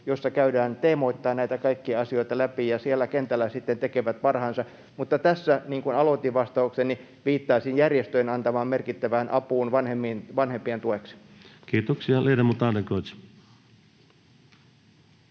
jossa käydään teemoittain näitä kaikkia asioita läpi, ja siellä kentällä sitten tekevät parhaansa. Tässä, niin kuin aloitin vastaukseni, viittaisin järjestöjen antamaan merkittävään apuun vanhempien tueksi. Kiitoksia.